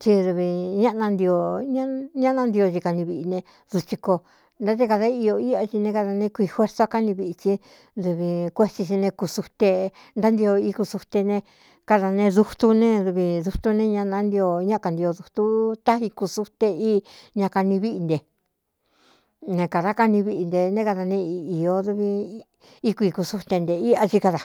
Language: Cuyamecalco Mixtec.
Ci dɨvi nñaꞌná ntio xi kani viꞌi ne dutsi ko ntá te kāda io íꞌa tsi ne kada neé kuii fuerso káni vitsí dɨvi kuétsī si né kusute ntántio iku sute ne kada nee dutu ne dvi dutu ne ña nantio ñá kantio dutu tá iku sute í ña kani víꞌi nté ne kādá kani viꞌi nte né kada nee īō dv íkuikū sute nte iꞌa chí ká da